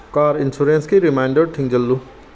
car ꯏꯟꯁꯨꯔꯦꯟꯁꯀꯤ reminder ꯊꯤꯡꯖꯤꯜꯂꯨ